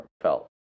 felt